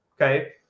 okay